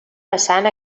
vessant